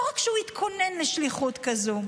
לא רק שהוא התכונן לשליחות כזאת,